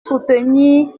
soutenir